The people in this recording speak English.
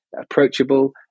approachable